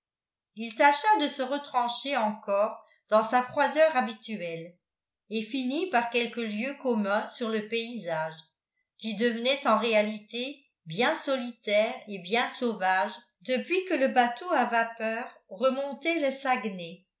il tâcha de se retrancher encore dans sa froideur habituelle et finit par quelques lieux communs sur le paysage qui devenait en réalité bien solitaire et bien sauvage depuis que le bateau à vapeur remontait le saguenay